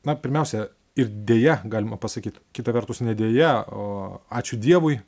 na pirmiausia ir deja galima pasakyt kita vertus ne deja o ačiū dievui